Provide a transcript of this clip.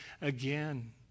again